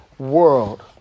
World